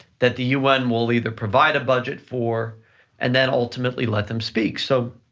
that the un will either provide a budget for and then ultimately let them speak. so